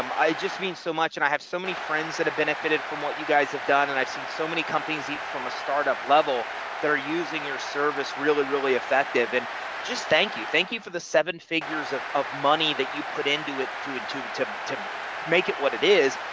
um i just mean so much and i have so many friends that have benefited from what you guys have done and i've seen so many companies even from a startup level that are using your service really, really effective and just thank you, thank you for the seven figures of of money that you put into it to, to, to to make it what it is.